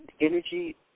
energy